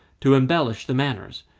to embellish the manners,